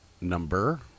number